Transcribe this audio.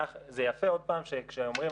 זה יפה שכשאומרים,